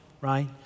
right